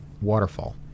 waterfall